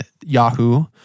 Yahoo